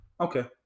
Okay